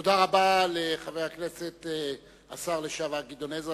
תודה רבה לחבר הכנסת והשר לשעבר גדעון עזרא,